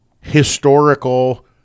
historical